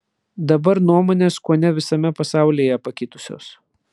dabar nuomonės kuone visame pasaulyje pakitusios